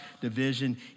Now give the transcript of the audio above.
division